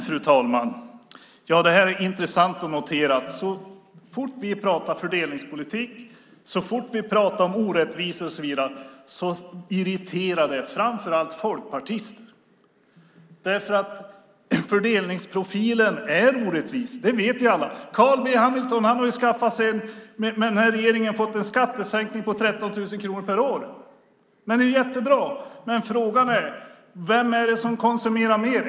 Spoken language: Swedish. Fru talman! Det är intressant att notera att så fort vi talar om fördelningspolitik och orättvisor och så vidare irriterar det framför allt folkpartister. Fördelningsprofilen är orättvis. Det vet vi alla. Carl B Hamilton har med den här regeringen fått en skattesänkning på 13 000 kronor per år. Det är jättebra. Men frågan är: Vem är det som konsumerar mer?